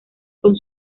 con